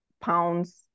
pounds